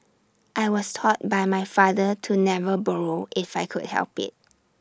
I was taught by my father to never borrow if I could help IT